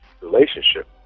relationship